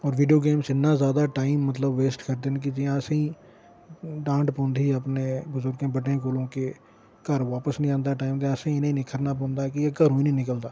होर video games इन्ना ज्यादा टाइम मतलब वेस्ट करदे न कि जियां असेंगी डांट पौंदी हा बजुर्गें अपने बड्डें कोलूं के घर बापस नेईं औंदा टाइम दा असें इनेंगी निक्खरना पौेंदा एह् घरा गै नेईं निकलदा